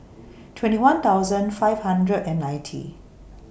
twenty one thousand five hundred and ninety